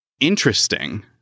interesting